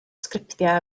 sgriptiau